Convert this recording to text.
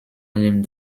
allem